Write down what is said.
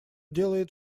делает